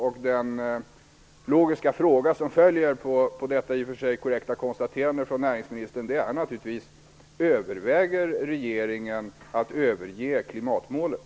Den logiska fråga som följer på detta i och för sig korrekta konstaterande från näringsministern är naturligtvis: Överväger regeringen att överge klimatmålet?